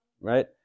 right